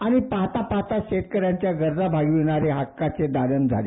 आणि पाहता पाहता शेतकऱ्यांच्या गरजा भागविणारे हक्काचे दालन झाले